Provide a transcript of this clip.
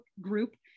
group